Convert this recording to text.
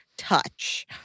touch